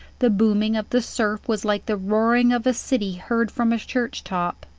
the booming of the surf was like the roaring of a city heard from a church-top.